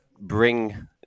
bring